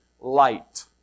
light